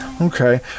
Okay